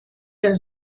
der